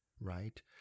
right